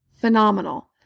phenomenal